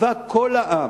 צבא כל העם,